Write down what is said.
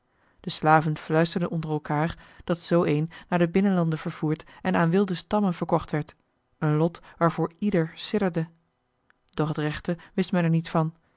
de slaven fluisterden onder elkaâr dat zoo een naar de binnenlanden vervoerd en aan wilde stammen verkocht werd een lot waarvoor ieder sidderde doch het rechte wist men er niet van